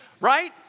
right